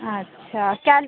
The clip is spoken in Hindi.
अच्छा क्या